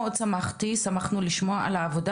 מאוד שמחתי ושמחנו כולנו לשמוע על העבודה